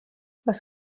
was